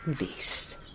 least